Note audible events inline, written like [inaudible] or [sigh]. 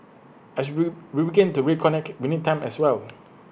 as we [noise] begin to reconnect we need time as well